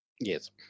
Yes